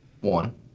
one